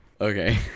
okay